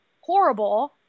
horrible